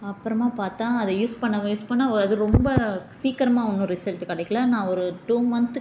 அப்புறம் பார்த்தா அதை யூஸ் பண்ண யூஸ் பண்ண அது ரொம்ப சீக்கிரமா ஒன்றும் ரிசல்ட்டு கிடைக்கல நான் ஒரு டூ மந்த்து